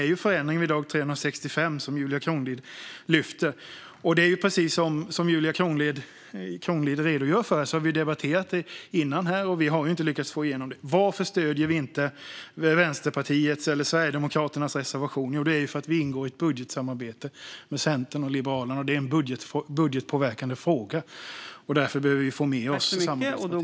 Det är förändring vid dag 365, som Julia Kronlid lyfter fram. Det är precis som Julia Kronlid redogör för. Vi har debatterat det här innan, och vi har inte lyckats få igenom det. Varför stöder vi inte Vänsterpartiets och Sverigedemokraternas reservation? Jo, det är för att vi ingår i ett budgetsamarbete med Centern och Liberalerna, och det är en budgetpåverkande fråga. Därför behöver vi få med oss samarbetspartierna.